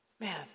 man